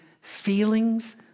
feelings